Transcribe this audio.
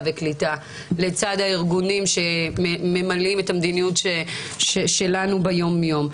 וקליטה לצד הארגונים שממלאים את המדיניות שלנו ביום-יום.